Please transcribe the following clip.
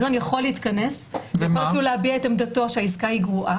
הדירקטוריון יכול להתכנס ולהביע את עמדתו שהעסקה היא גרועה.